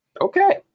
Okay